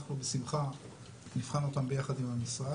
אנחנו בשמחה נבחן אותן ביחד עם המשרד.